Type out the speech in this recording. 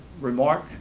remark